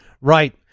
Right